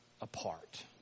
apart